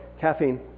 Caffeine